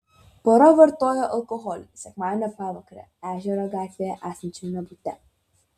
pora vartojo alkoholį sekmadienio pavakarę ežero gatvėje esančiame bute